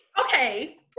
okay